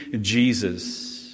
Jesus